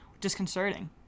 disconcerting